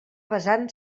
basant